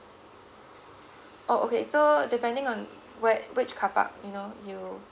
oh okay so depending on where which carpark you know you